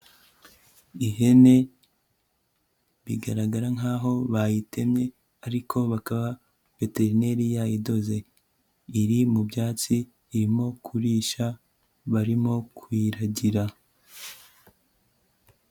Ihene bigaragara nkaho bayitemye ariko bakaba veterineri yayidoze, iri mu byatsi irimo kurisha barimo kuyiragira.